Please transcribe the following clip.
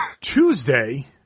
Tuesday